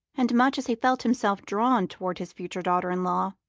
and much as he felt himself drawn toward his future daughter-in-law,